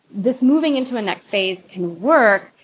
this moving into a next phase can work,